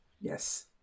yes